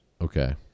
Okay